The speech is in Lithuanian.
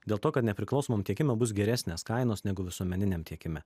dėl to kad nepriklausomam tiekime bus geresnės kainos negu visuomeniniam tiekime